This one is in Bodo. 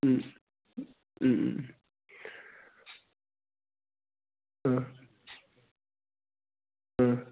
उम उम उम उम उम